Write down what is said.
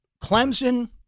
Clemson